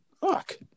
fuck